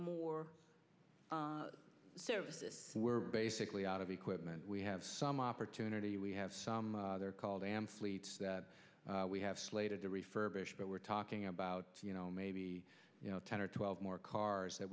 more so we're basically out of equipment we have some opportunity we have some other called an fleet that we have slated to refurbish but we're talking about you know maybe you know ten or twelve more cars that